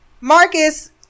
marcus